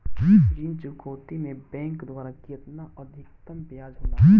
ऋण चुकौती में बैंक द्वारा केतना अधीक्तम ब्याज होला?